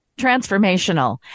Transformational